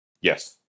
Yes